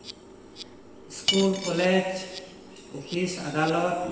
school college office ᱟᱫᱟᱞᱚᱛ